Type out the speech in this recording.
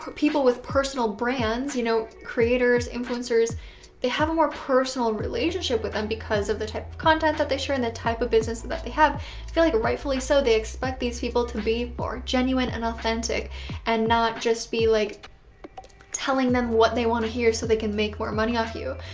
people with personal brands you know creators, influencers they have a more personal relationship with them because of the type of content that they share and the type of business and that they have. i feel like rightfully so they expect these people to be more genuine and authentic and not just be like telling them what they want to hear so they can make more money off you.